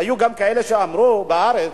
היו גם כאלה שאמרו בארץ,